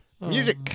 Music